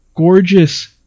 Gorgeous